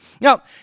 Now